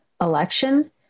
election